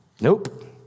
Nope